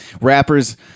Rappers